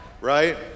right